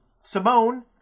Simone